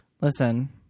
listen